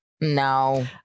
No